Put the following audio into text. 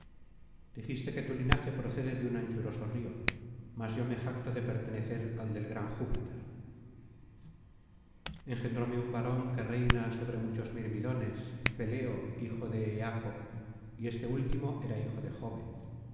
dijiste que tu linaje procede de un anchuroso río mas yo me jacto de pertenecer al del gran júpiter engendróme un varón que reina sobre muchos mirmidones peleo hijo de eaco y este último era hijo de jove